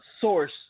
source